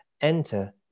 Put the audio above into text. enter